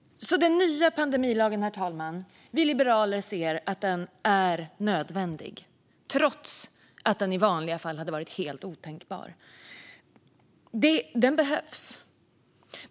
Vi liberaler ser alltså, herr talman, att den nya pandemilagen är nödvändig, trots att den i vanliga fall hade varit helt otänkbar. Den behövs.